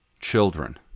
children